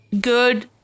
good